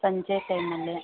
ಸಂಜೆ ಟೈಮಲ್ಲೇ